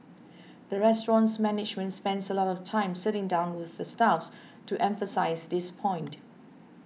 the restaurant's management spends a lot of time sitting down with the staffs to emphasise this point